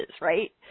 right